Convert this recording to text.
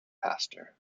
pastor